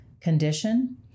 condition